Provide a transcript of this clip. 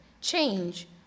change